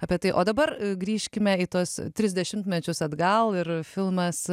apie tai o dabar grįžkime į tuos tris dešimtmečius atgal ir filmas